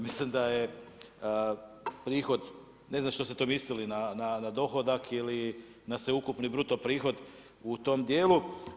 Mislim da je prihod, ne znam što ste to mislili, na dohodak ili na sveukupni bruto prihod u tom dijelu.